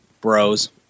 bros